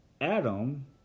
Adam